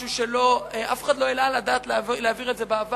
משהו שאף אחד לא העלה על הדעת להעביר את זה בעבר,